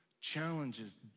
challenges